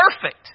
perfect